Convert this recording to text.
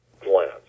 glance